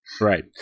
Right